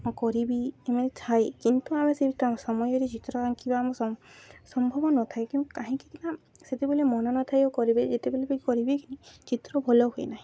ହଁ କରିବି ଏମିତି ଥାଏ କିନ୍ତୁ ଆମେ ସେ ସମୟରେ ଚିତ୍ର ଆଙ୍କିବା ଆମ ସମ୍ଭବ ନଥାଏ କିନ୍ତୁ କାହିଁକି ନା ସେତେବେଲେ ମନ ନଥାଏ ଓ କରି ବି ଯେତେବେଲେ ବି କରିବି କି ଚିତ୍ର ଭଲ ହୁଏ ନାହିଁ